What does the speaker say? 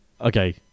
okay